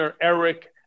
Eric